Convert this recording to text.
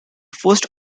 first